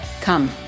Come